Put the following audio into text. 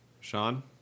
Sean